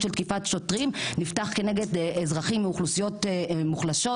של תקיפת שוטרים נפתח נגד אזרחים מאוכלוסיות מוחלשות,